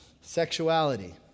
Sexuality